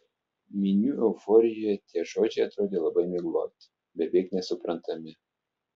minių euforijoje tie žodžiai atrodė labai migloti beveik nesuprantami